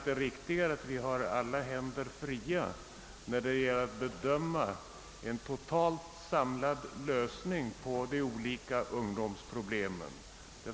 Det är riktigare att vi har händerna fria när vi skall bedöma en total, samlad lösning på de olika ungdomsproblemen.